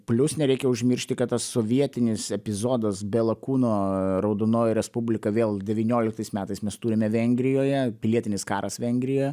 plius nereikia užmiršti kad tas sovietinis epizodas be lakūno raudonoji respublika vėl devynioliktais metais mes turime vengrijoje pilietinis karas vengrijoe